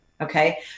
okay